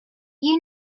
you